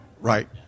Right